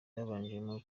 babanjemo